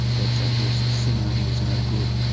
that he was a sinner, he was no good.